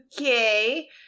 Okay